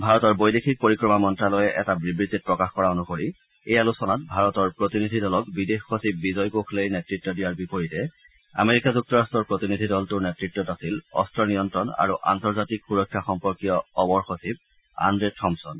ভাৰতৰ বৈদেশিক পৰিক্ৰমা মন্তালয়ে এটা বিবৃতিত প্ৰকাশ কৰা অনুসৰি এই আলোচনাত ভাৰতৰ প্ৰতিনিধি দলক বিদেশ সচিব বিজয় গোখলেই নেতৃত্ব দিয়াৰ বিপৰীতে আমেৰিকা যুক্তৰাট্টৰ প্ৰতিনিধি দলটোৰ নেতৃত্বত আছিল অস্ত্ৰ নিয়ন্তণ আৰু আন্তৰ্জাতিক সূৰক্ষা সম্পৰ্কীয় অৱৰ সচিব আদ্ৰে থম্পছন